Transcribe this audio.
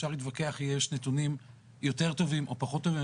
אפשר להתווכח אם יש נתונים יותר טובים או פחות טובים.